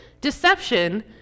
Deception